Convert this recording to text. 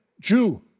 Jew